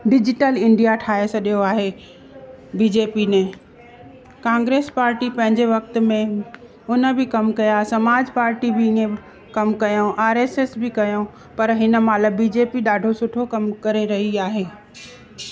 digital India ठाहे छॾियो आहे बी जे पी ने कांग्रेस पार्टी पंहिंजे वक़्ति में उन बि कम कया समाज पार्टी बि ईअं कम कयूं आर एस एस बि कयूं पर हिन महिल बी जे पी ॾाढो सुठो कमु करे रही आहे